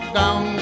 down